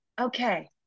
okay